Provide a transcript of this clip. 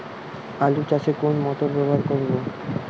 আলু চাষে কোন মোটর ব্যবহার করব?